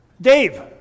Dave